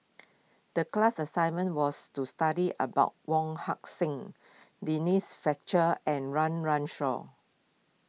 the class assignment was to study about Wong Heck Sing Denise Fletcher and Run Run Shaw